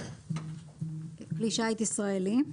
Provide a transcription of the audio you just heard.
"כלי שיט ישראלי"